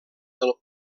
del